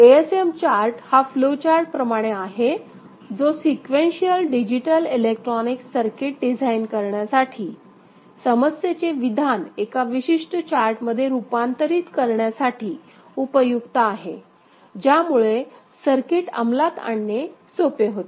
ASM chart हा flow चार्टप्रमाणे आहे जो sequential digital electronic circuit design करण्यासाठी समस्येचे विधान एका विशिष्ट चार्टमध्ये रूपांतरित करण्यासाठी उपयुक्त आहे ज्यामुळे सर्किट अंमलात आणणे सोपे होते